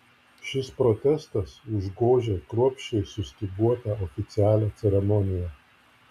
šis protestas užgožė kruopščiai sustyguotą oficialią ceremoniją